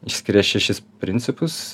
išskiria šešis principus